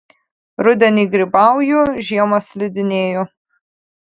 rudenį grybauju žiemą slidinėju